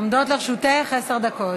עומדות לרשותך עשר דקות.